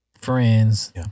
friends